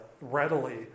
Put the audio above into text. Readily